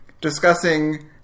discussing